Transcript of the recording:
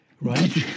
Right